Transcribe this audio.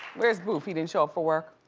where's boof, he didn't show up for work?